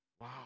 Wow